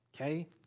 Okay